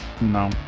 No